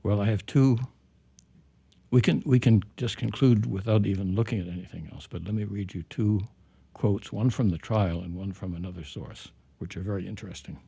well i have to we can we can just conclude without even looking at anything else but let me read you two quotes one from the trial and one from another source which are very interesting